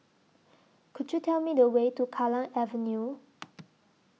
Could YOU Tell Me The Way to Kallang Avenue